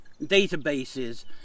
databases